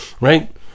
Right